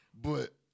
but-